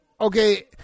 Okay